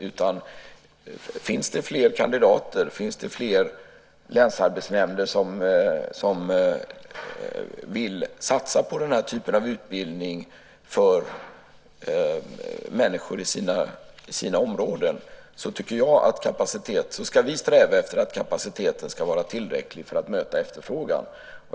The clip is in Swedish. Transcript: Om det finns fler kandidater och om det finns fler länsarbetsnämnder som vill satsa på den typen av utbildning för människor i sina områden ska vi sträva efter att kapaciteten ska vara tillräcklig för att möta efterfrågan.